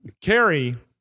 Carrie